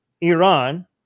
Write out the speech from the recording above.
Iran